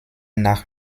nach